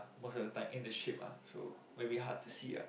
most of the time in the ship ah so very hard to see ah